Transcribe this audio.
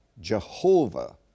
Jehovah